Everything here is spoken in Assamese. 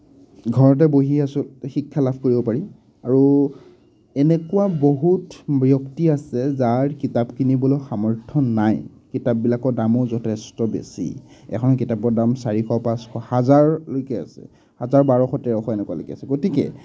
ঘৰতে বহি আছোঁ শিক্ষা লাভ কৰিব পাৰি আৰু এনেকুৱা বহুত ব্যক্তি আছে যাৰ কিতাপ কিনিবলৈ সামৰ্থ্য নাই কিতাপবিলাকৰ দামো যথেষ্ট বেছি এখন কিতাপৰ দাম চাৰিশ পাঁচশ হাজাৰলৈকে আছে হাজাৰ বাৰশ তেৰশ এনেকুৱালৈকে আছে গতিকে